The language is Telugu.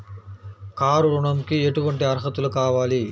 కారు ఋణంకి ఎటువంటి అర్హతలు కావాలి?